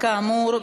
כאמור,